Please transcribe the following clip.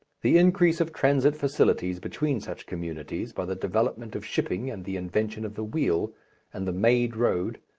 the increase of transit facilities between such communities, by the development of shipping and the invention of the wheel and the made road,